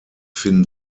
finden